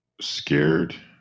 scared